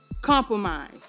Compromise